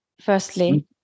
firstly